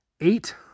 Eight